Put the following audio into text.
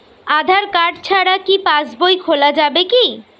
আধার card ছাড়া কি পাসবই খোলা যাবে কি?